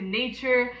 nature